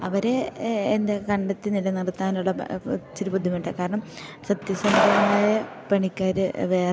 അവരെ എന്താ കണ്ടെത്തി നിലനിർത്താനുള്ള ഇച്ചിരി ബുദ്ധിമുട്ടാണ് കാരണം സത്യസന്ധമായ പണിക്കാർ വേറെ